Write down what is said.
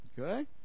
Okay